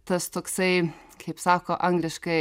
tas toksai kaip sako angliškai